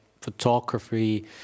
photography